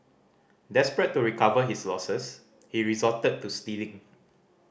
desperate to recover his losses he resorted to stealing